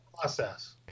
process